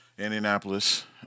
Indianapolis